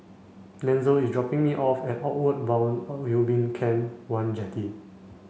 Denzel is dropping me off at Outward Bound Ubin Camp one Jetty